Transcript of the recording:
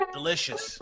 Delicious